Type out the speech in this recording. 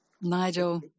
Nigel